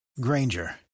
Granger